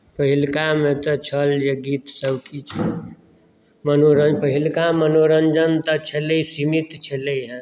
पहिलुकामे तऽ छल जे गीत सन किछु नहि मनो पहिलका मनोरञ्जन तऽ छलै सीमित छलै हेँ